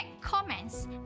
comments